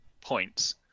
points